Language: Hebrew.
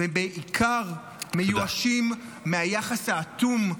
אבל בעיקר, הם מיואשים מהיחס האטום,